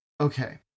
okay